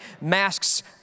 masks